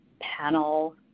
panel